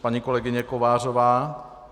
Paní kolegyně Kovářová.